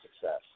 success